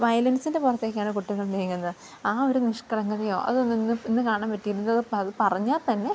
വയലൻസിൻ്റെ പുറത്തേക്കാണ് കുട്ടികൾ നീങ്ങുന്നത് ആ ഒരു നിഷ്ക്കളങ്കതയോ അതൊന്നും ഇന്ന് ഇന്നു കാണാൻ പറ്റിയിരുന്നത് അതു പറഞ്ഞാൽ തന്നെ